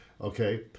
Okay